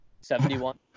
Seventy-one